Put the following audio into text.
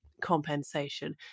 compensation